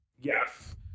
Yes